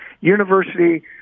university